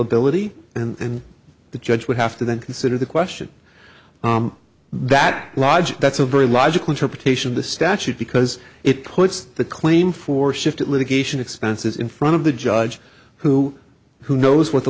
ability and the judge would have to then consider the question that logic that's a very logical interpretation of the statute because it puts the claim for shifted litigation expenses in front of the judge who who knows what